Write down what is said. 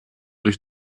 durch